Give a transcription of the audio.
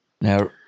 Now